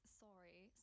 sorry